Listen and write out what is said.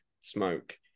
Smoke